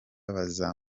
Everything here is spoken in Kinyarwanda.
baza